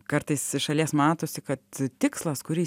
kartais iš šalies matosi kad tikslas kurį